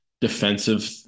defensive